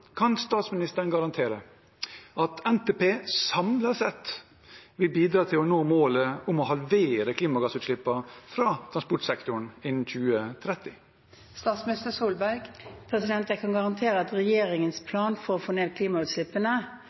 Kan statsministeren garantere at NTP samlet sett vil bidra til at vi når målet om å halvere klimagassutslippene fra transportsektoren innen 2030? Jeg kan garantere at regjeringens plan for å få ned klimautslippene